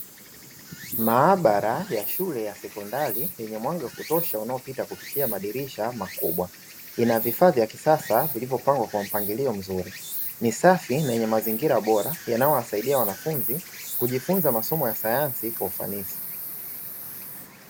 Maabara ya shule ya sekondari yenye mwanga wa kutosha unaopita kupitia madirisha makubwa, ina vifaa vya kisasa vilivyopangwa kwa mpangilio mzuri. Ni safi na yenye mazingira bora yanayowasaidia wanafunzi kujifunza masomo ya sayansi kwa ufanisi.